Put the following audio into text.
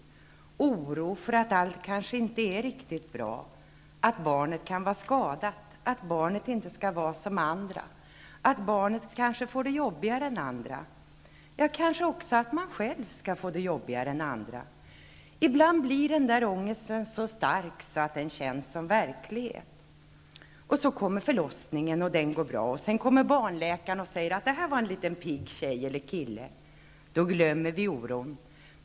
Och oro för att allt inte ska vara bra, ...att barnet ska vara skadat... att barnet inte ska vara som andra... att barnet ska få det jobbigare än andra. Ja, kanske också för att man själv ska få det jobbigare än andra. Ibland blir den där ångesten så stark att den känns som verklighet. Och så kommer förlossningen. Och den går bra. Och sen kommer barnläkaren och säger att det här var en liten pigg tjej eller kille. Och då glömmer vi oron.